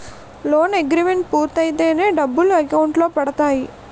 loan agreement పూర్తయితేనే డబ్బులు account లో పడతాయి